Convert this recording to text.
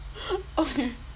okay